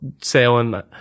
sailing